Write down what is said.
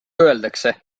öeldakse